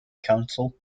council